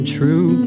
true